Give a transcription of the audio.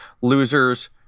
Losers